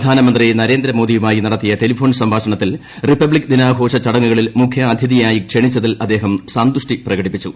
പ്രധാനമന്ത്രി ന്രേന്ദ്രമോദിയുമായി നടത്തിയ ടെലിഫോൺ സംഭാഷണത്തിൽ റിപ്പബ്ലിക് ദിനാഘോഷ ചടങ്ങുകളിൽ മുഖ്യാതിഥിയായി ക്ഷണിച്ചതിൽ അദ്ദേഹം സന്തുഷ്ടി പ്രകടിപ്പിച്ചു